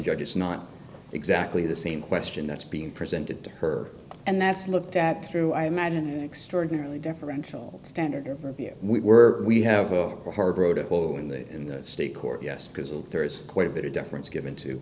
it's not exactly the same question that's being presented to her and that's looked at through i imagine an extraordinarily deferential standard here we were we have a hard row to hoe in the in the state court yes because there's quite a bit of deference given to